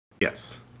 Yes